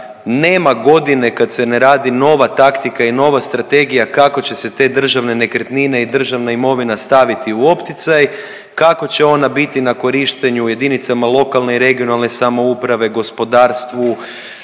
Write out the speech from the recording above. nema godine kad se ne radi nova taktika i nova strategija kako će se te državne nekretnine i državna imovina staviti u opticaj, kako će ona biti na korištenju JLRS, gospodarstvu,